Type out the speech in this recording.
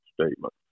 statement